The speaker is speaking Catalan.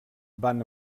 van